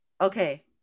Okay